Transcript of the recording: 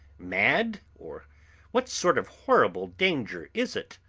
mad or what sort of horrible danger is it?